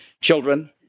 children